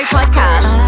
Podcast